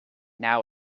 now